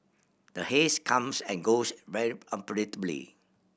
the haze comes and goes very unpredictably